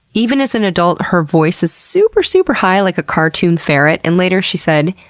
even as an adult, her voice is super, super high like a cartoon ferret and later she said,